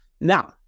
Now